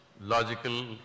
logical